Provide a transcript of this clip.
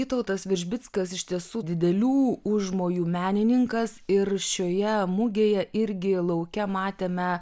vytautas veržbickas iš tiesų didelių užmojų menininkas ir šioje mugėje irgi lauke matėme